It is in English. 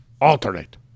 alternate